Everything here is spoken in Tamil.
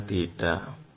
B equal to B H tan theta